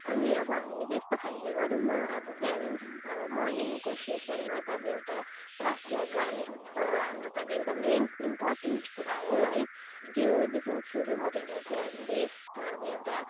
अनि अब हामी त्यस्तो खाल्को गरौँ न बिहान अब मर्निङको सेसनमा त अब एउटा राष्ट्रिय गान त हाम्रो त एकदमै मेन इम्पोर्टेन्ट कुरा हो है त्योदेखिन् सुरु गरेर चाहिँ हामीले अब एउटा